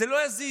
זה לא יזיז,